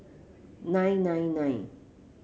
nine nine nine